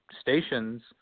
stations